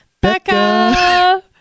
Becca